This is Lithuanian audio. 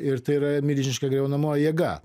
ir tai yra milžiniška griaunamoji jėga